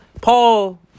Paul